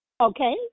Okay